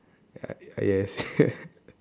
ya yes